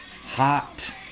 hot